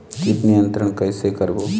कीट नियंत्रण कइसे करबो?